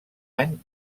any